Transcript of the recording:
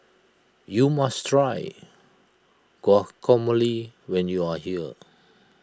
you must try Guacamole when you are here